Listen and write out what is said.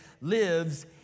lives